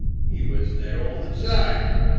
he was there all the time,